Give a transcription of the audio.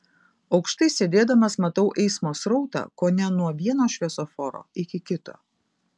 aukštai sėdėdamas matau eismo srautą kone nuo vieno šviesoforo iki kito